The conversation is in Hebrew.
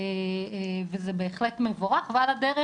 וזה בהחלט מבורך ועל הדרך,